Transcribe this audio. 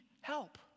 help